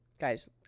Guys